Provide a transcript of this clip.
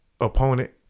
opponent